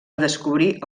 descobrir